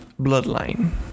bloodline